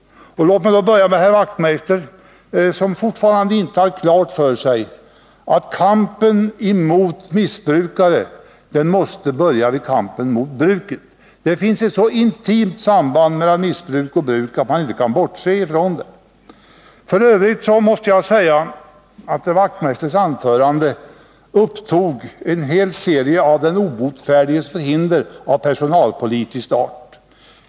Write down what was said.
Låt mig då börja med herr Wachtmeister, som fortfarande inte har klart för sig att kampen mot missbruket måste börja med kampen mot bruket. Det finns ett så intimt samband mellan missbruk och bruk att man inte kan bortse från det. I övrigt upptog herr Wachtmeisters anförande en hel serie av den obotfärdiges förhinder av personalpolitisk art.